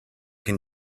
can